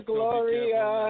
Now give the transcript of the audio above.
Gloria